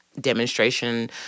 demonstration